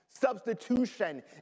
substitution